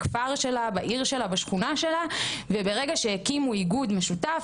בכפר שלה או בעיר שלה או בשכונה שלה וברגע שהקימו איגוד משותף,